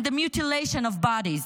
and the mutilation of bodies.